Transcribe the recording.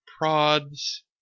prods